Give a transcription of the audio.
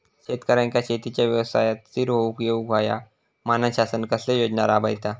शेतकऱ्यांका शेतीच्या व्यवसायात स्थिर होवुक येऊक होया म्हणान शासन कसले योजना राबयता?